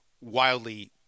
wildly